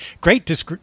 great